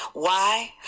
why?